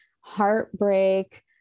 heartbreak